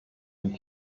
and